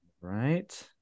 Right